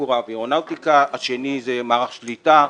שיפור האווירונאוטיקה, השני זה מערך שליטה,